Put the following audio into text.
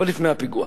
אבל לפני הפיגוע,